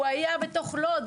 הוא היה בתוך לוד,